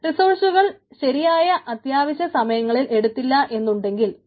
റിസോഴ്സുകൾ ശരിയായി അത്യാവശ്യ സമയങ്ങളിൽ എത്തിയില്ലാ എന്നുണ്ടെങ്കിൽ